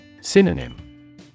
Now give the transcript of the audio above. Synonym